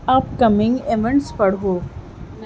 اپ coming ایمنٹس پڑھو